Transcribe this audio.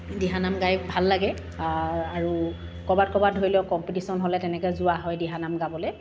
দিহানাম গাই ভাল লাগে আৰু ক'ৰবাত ক'ৰবাত ধৰি লওক কম্পিটিশ্য়ন হ'লে তেনেকৈ যোৱা হয় দিহানাম গাবলৈ